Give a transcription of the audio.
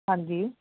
ਹਾਂਜੀ